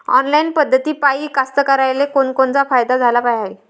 Online पद्धतीपायी कास्तकाराइले कोनकोनचा फायदा झाला हाये?